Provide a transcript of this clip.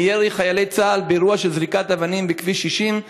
מירי חיילי צה"ל באירוע של זריקת אבנים בכביש 60,